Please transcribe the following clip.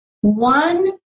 one